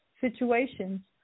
situations